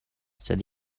said